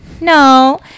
No